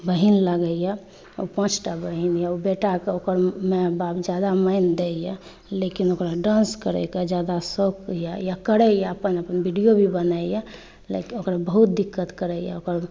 बहिन लागैये ओ पाँच टा बहिन ये ओ बेटाके ओकर माइ बाप ज्यादा मानि दैए लेकिन ओकरा डान्स करैके ज्यादा शौक अइ या करैए अपन अपन वीडिओ भी बनबैए लेकिन ओकरा बहुत दिक्कत करैए ओकर